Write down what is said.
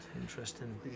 interesting